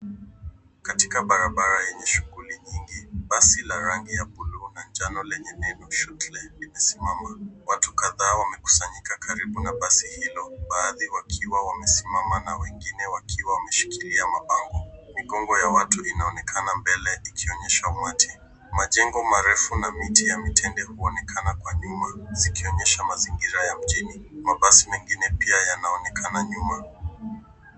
Katika barabara yenye shughuli nyingi, basi la rangi ya buluu na njano lenye neno shuttle limesimama. Watu kadhaa wamekusanyika karibu na basi hilo, baadhi wakiwa wamesimama na wengine wakiwa wameshikilia mabango. Migongo ya watu inaonekana mbele ikionyesha umati. Majengo marefu na miti ya mitende huonekana kwa nyuma, zikionyesha mazingira ya mjini. Mabasi mengine pia yanaonekana nyuma.